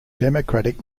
democratic